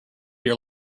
your